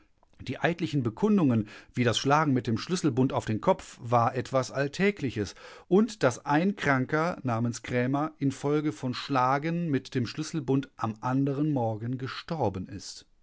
die eidlichen bekundungen wie das schlagen mit dem schlüsselbund auf den kopf war etwas alltägliches und daß ein kranker namens krämer infolge von schlagen mit dem schlüsselbund am anderen morgen gestorben ist